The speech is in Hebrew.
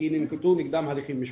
כי ננקטו נגדם הליכים משפטיים.